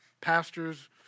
pastors